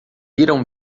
riram